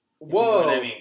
Whoa